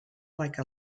like